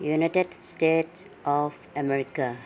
united state of America